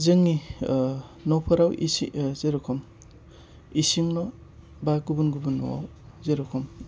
जोंनि न'फोराव जेरेखम इसिं न' बा गुबुन गुबुन न'आव जेरेखम